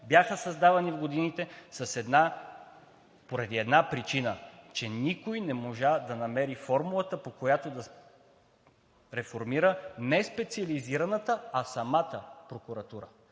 бяха създавани в годините поради една причина – че никой не можа да намери формулата, по която да се реформира не специализираната, а самата прокуратура